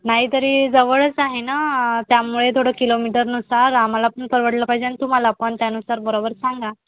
नाही तरी जवळच आहे ना त्यामुळे थोडं किलोमीटरनुसार आम्हाला पण परवडलं पाहिजे आणि तुम्हाला पण त्यानुसार बरोबर सांगा